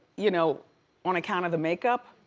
you know on account of the makeup.